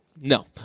No